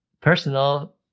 personal